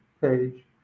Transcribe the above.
page